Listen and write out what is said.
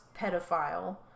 pedophile